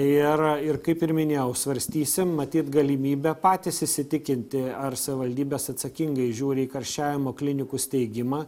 ir ir kaip ir minėjau svarstysim matyt galimybę patys įsitikinti ar savivaldybės atsakingai žiūri į karščiavimo klinikų steigimą